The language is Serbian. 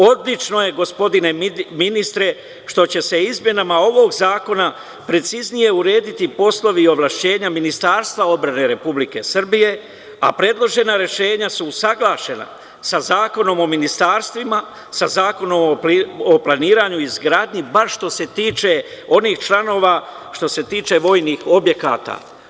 Odlično je, gospodine ministre, što će se izmenama ovog Zakona preciznije urediti poslovi ovlašćenja Ministarstva odbrane Republike Srbije a predložena rešenja su usaglašena sa Zakonom o ministarstvima, sa Zakonom o planiranju i izgradnji, bar što se tiče onih članovi, što se tiče vojnih objekata.